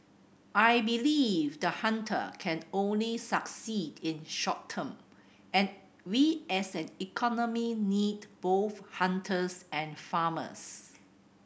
I believe the hunter can only succeed in short term and we as an economy need both hunters and farmers